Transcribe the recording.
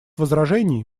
возражений